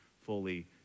fully